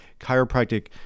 Chiropractic